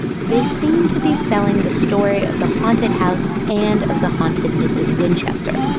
they seem to be selling the story of the haunted house and of the haunted mrs. winchester.